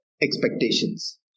expectations